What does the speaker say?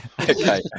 okay